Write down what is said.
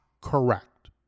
correct